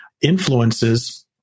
influences